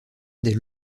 des